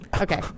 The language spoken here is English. Okay